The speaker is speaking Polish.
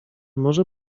może